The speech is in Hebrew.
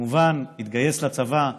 כמובן התגייס לצבא,